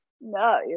No